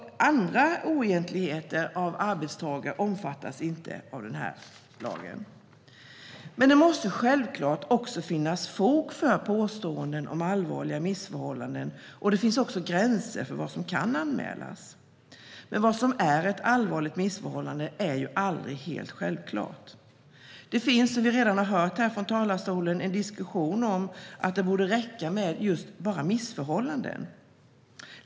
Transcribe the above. Andra oegentligheter av arbetstagare omfattas inte av lagen. Det måste självklart finnas fog för påståendena om allvarliga missförhållanden, och det finns också gränser för vad som kan anmälas. Men vad som är ett allvarligt missförhållande är aldrig helt självklart. Det finns, som vi redan har hört från talarstolen, en diskussion om att det borde räcka med just bara missförhållanden.